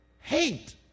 Hate